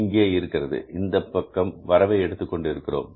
இங்கே இருக்கிறது இந்தப் பக்கம் வரவை எடுத்துக் கொண்டிருக்கிறோம்